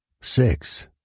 Six